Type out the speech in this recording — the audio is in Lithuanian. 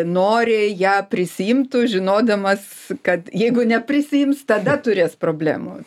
noriai ją prisiimtų žinodamas kad jeigu neprisiims tada turės problemų